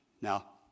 Now